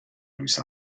louis